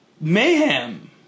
mayhem